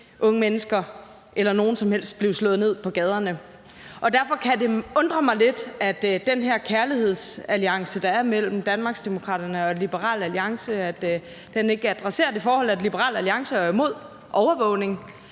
unge mennesker eller nogen som helst blive slået ned på gaderne. Derfor kan det undre mig lidt, at den her kærlighedsalliance, der er mellem Danmarksdemokraterne og Liberal Alliance, ikke adresserer det forhold, at Liberal Alliance jo er imod overvågning